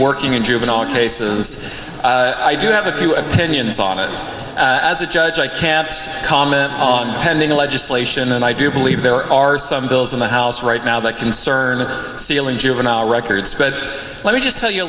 juvenile cases i do have a few opinions on it as a judge i can't comment on pending legislation and i do believe there are some bills in the house right now that concern the sealing juvenile records but let me just tell you a